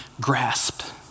grasped